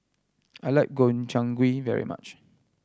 I like Gobchang Gui very much